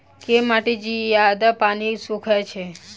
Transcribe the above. केँ माटि जियादा पानि सोखय छै?